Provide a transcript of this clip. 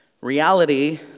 Reality